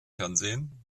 fernsehen